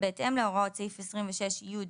בהתאם להוראות סעיף 26י(ב)(1)